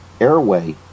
Airway